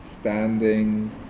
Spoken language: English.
standing